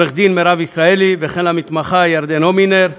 התרבות והספורט,